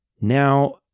now